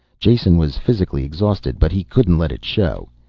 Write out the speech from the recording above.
jason was physically exhausted, but he couldn't let it show.